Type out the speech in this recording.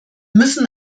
müssen